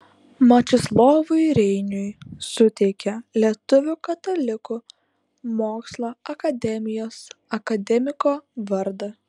mečislovui reiniui suteikė lietuvių katalikų mokslo akademijos akademiko vardą